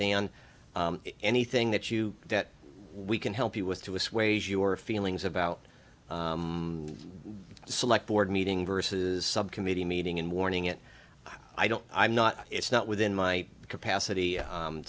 dan anything that you debt we can help you with to assuage your feelings about select board meeting versus subcommittee meeting in warning it i don't i'm not it's not within my capacity